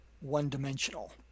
one-dimensional